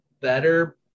better